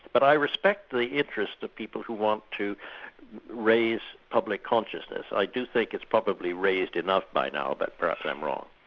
but i respect the interest of people who want to raise public consciousness. i do think it's probably raised enough by now, but perhaps i'm wrong.